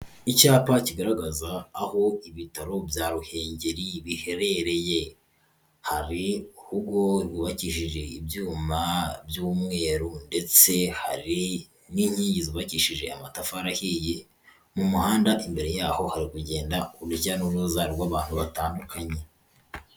Icyapa kigaragaza aho ibitaro bya Ruhengeri biherereye, hari urugo rwubakije ibyuma by'umweru ndetse hari n'inkingi zubakishije amatafari ahiye, mu muhanda imbere yaho hari kugenda urujya n'uruza rw'abantu batandukanye.